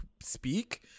speak